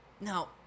Now